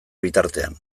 bitartean